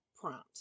prompt